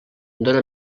dóna